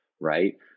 right